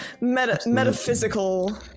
metaphysical